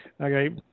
Okay